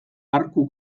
arku